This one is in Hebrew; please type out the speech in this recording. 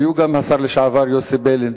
היו שם גם השר לשעבר יוסי ביילין